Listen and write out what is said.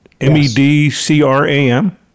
M-E-D-C-R-A-M